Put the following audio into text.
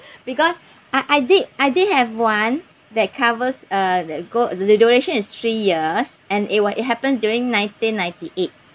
because I I did I did have one that covers uh the go the duration is three years and will it happened during nineteen ninety eight